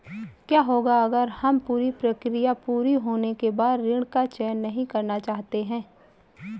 क्या होगा अगर हम पूरी प्रक्रिया पूरी होने के बाद ऋण का चयन नहीं करना चाहते हैं?